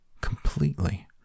completely